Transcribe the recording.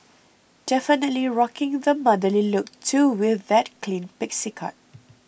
definitely rocking the motherly look too with that clean pixie cut